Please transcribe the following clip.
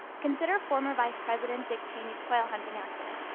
consider former vice-president dick cheney's quail-hunting accident,